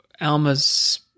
Alma's